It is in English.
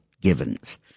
givens